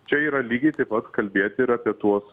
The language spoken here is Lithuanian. čia yra lygiai taip pat kalbėti ir apie tuos